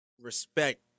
respect